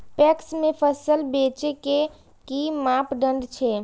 PACS में फसल बेचे के कि मापदंड छै?